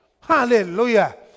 hallelujah